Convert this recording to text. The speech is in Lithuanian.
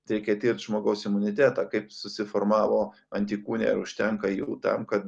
reikia tirt žmogaus imunitetą kaip susiformavo antikūniai ar užtenka jų tam kad